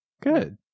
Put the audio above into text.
good